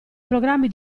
programmi